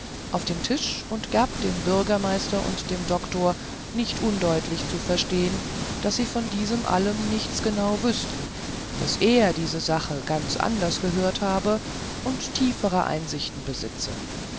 auf den tisch und gab dem bürgermeister und dem doktor nicht undeutlich zu verstehen daß sie von diesem allem nichts genau wüßten daß er diese sachen ganz anders gehört habe und tiefere einsicht besitze